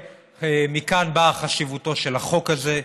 ומכאן חשיבותו של החוק הזה.